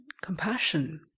compassion